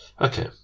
Okay